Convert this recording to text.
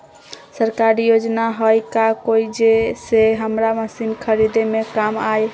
सरकारी योजना हई का कोइ जे से हमरा मशीन खरीदे में काम आई?